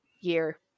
year